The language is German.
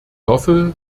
hoffe